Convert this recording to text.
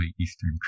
eastern